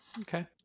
okay